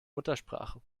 muttersprache